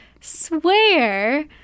swear